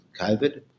COVID